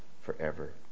forever